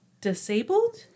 disabled